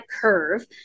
curve